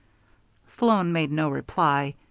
sloan made no reply.